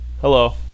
Hello